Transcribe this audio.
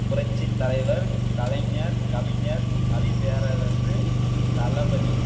புரட்சித் தலைவர் கலைஞர் கவிஞர் கவிப்பேரரசு தளபதி